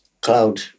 cloud